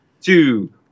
two